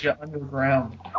Underground